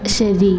ശരി